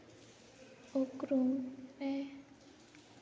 ᱩᱯᱨᱩᱢ ᱮ